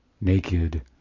naked